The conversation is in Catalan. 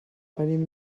venim